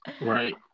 Right